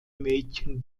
mädchen